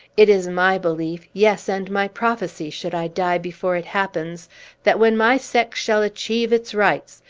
it is my belief yes, and my prophecy, should i die before it happens that, when my sex shall achieve its rights,